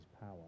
power